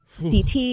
CT